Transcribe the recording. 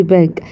Bank